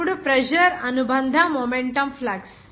ఇప్పుడు ప్రెజర్ అనుబంధ momentum flux